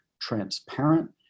transparent